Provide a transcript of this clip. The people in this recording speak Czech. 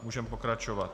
Můžeme pokračovat.